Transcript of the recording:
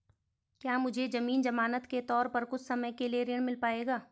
क्या मुझे ज़मीन ज़मानत के तौर पर कुछ समय के लिए ऋण मिल पाएगा?